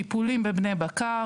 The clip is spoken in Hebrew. טיפולים ובני בקר